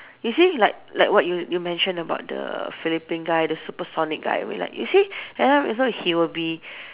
you see like like what you you mention about the Philippine guy the super solid guy I mean like you see end up also he will be